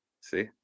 See